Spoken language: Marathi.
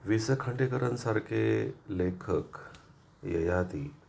वि स खांडेकरांसारखे लेखक ययाती